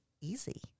easy